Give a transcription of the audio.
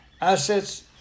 assets